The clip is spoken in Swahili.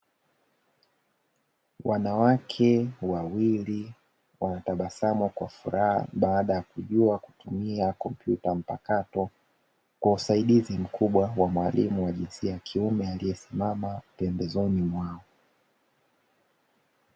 Wanawake wawili, wanatabasamu kwa furaha baada ya kujua kutumia kompyuta mpakato, kwa usaidizi mkubwa wa mwalimu wa jinsia ya kiume aliyesimama pembezoni mwao.